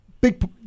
big